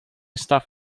stuff